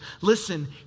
Listen